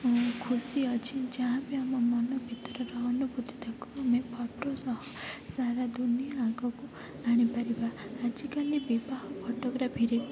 ଖୁସି ଅଛି ଯାହା ବି ଆମ ମନ ଭିତରର ଅନୁଭୂତିଟାକୁ ଆମେ ଫଟୋ ସହ ସାରା ଦୁନିଆ ଆଗକୁ ଆଣି ପାରିବା ଆଜିକାଲି ବିବାହ ଫଟୋଗ୍ରାଫିରେ